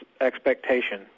expectation